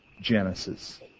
Genesis